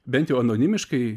bent jau anonimiškai